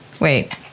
Wait